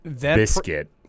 biscuit